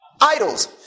idols